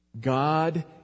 God